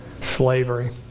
slavery